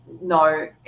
No